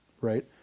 right